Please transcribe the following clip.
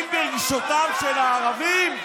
פוגעים ברגשותיהם של הערבים.